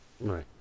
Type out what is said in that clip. right